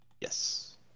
Yes